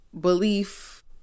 belief